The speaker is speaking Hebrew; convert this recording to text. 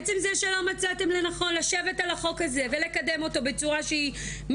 עצם זה שלא מצאתם לנכון לשבת על החוק הזה ולקדם אותו בצורה משמעותית,